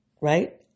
Right